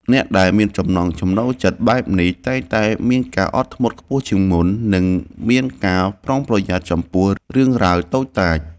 អ្នកដែលមានចំណង់ចំណូលចិត្តបែបនេះតែងតែមានការអត់ធ្មត់ខ្ពស់ជាងមុន និងមានការប្រុងប្រយ័ត្នចំពោះរឿងរ៉ាវតូចតាច។